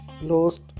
lost